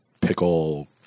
pickle